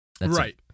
Right